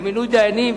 למינוי דיינים,